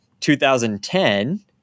2010